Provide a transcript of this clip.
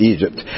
Egypt